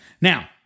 Now